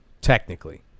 technically